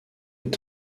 est